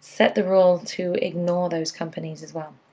set the rule to ignore those companies as well.